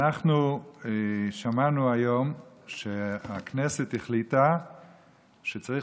אנחנו שמענו היום שהכנסת החליטה שצריך